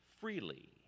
freely